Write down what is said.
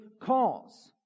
cause